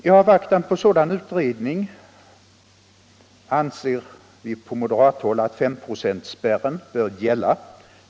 I avvaktan på sådan utredning anser vi på moderat håll att femprocentsspärren bör gälla.